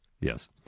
Yes